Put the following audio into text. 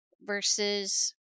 versus